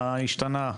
מה השתנה.